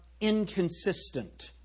inconsistent